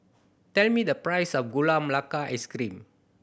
tell me the price of Gula Melaka Ice Cream